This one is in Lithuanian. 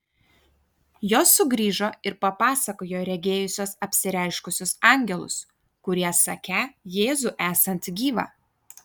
jos sugrįžo ir papasakojo regėjusios apsireiškusius angelus kurie sakę jėzų esant gyvą